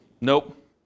Nope